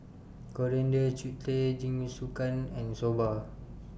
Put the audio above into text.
Coriander Chutney Jingisukan and Soba